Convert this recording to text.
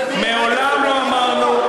מעולם לא אמרנו,